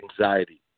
Anxiety